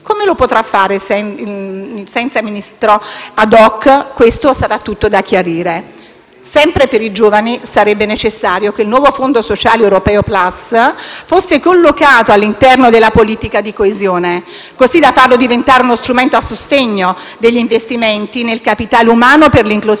Come potrà farlo senza il Ministro *ad hoc* sarà tutto da chiarire. Sempre per i giovani sarebbe necessario che il nuovo Fondo sociale europeo Plus (FSE+) fosse collocato all'interno della politica di coesione, così da farlo diventare uno strumento a sostegno degli investimenti nel capitale umano per l'inclusione